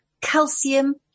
calcium